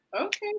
Okay